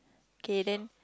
okay then